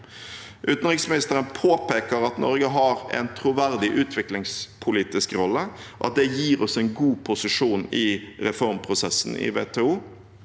Utenriksministeren påpeker at Norge har en troverdig utviklingspolitisk rolle, og at det gir oss en god posisjon i reformprosessen i WTO.